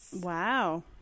Wow